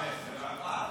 גברתי.